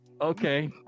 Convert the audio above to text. Okay